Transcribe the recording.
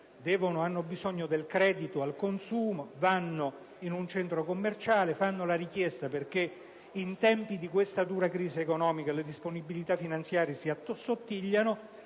hanno bisogno del credito al consumo, vanno in un centro commerciale, fanno la richiesta (perché in tempi di dura crisi economica le disponibilità finanziarie si assottigliano)